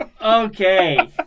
Okay